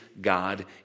God